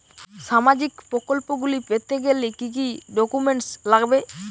সামাজিক প্রকল্পগুলি পেতে গেলে কি কি ডকুমেন্টস লাগবে?